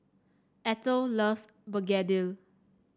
Ethyl loves begedil